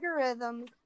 algorithms